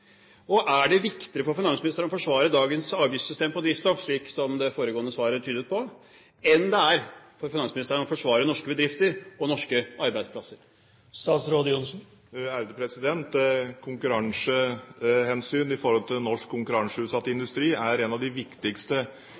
Og er det viktigere for finansministeren å forsvare dagens avgiftssystem på drivstoff, slik det foregående svaret tydet på, enn det er for finansministeren å forsvare norske bedrifter og norske arbeidsplasser? Konkurransehensynet i forhold til norsk konkurranseutsatt industri er et av de viktigste